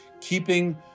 keeping